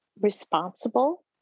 responsible